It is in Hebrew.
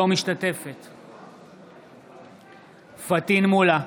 אינה משתתפת בהצבעה פטין מולא,